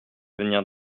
venir